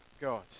God